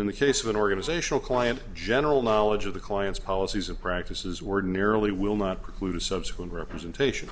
in the case of an organizational client general knowledge of the client's policies and practices were nearly will not preclude a subsequent representation